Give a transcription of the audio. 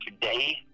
today